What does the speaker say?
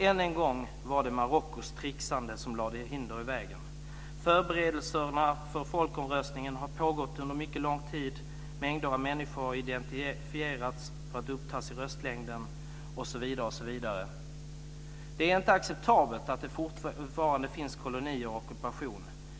Än en gång var det Marockos tricksande som lade hinder i vägen. Förberedelserna för folkomröstningen har pågått under mycket lång tid, mängder av människor har identifierats för att upptas i röstlängden, osv. Det är inte acceptabelt att det fortfarande finns kolonier och ockupation.